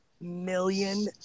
million